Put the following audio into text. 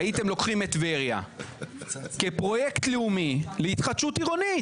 הייתם לוקחים את טבריה כפרויקט לאומי להתחדשות עירונית.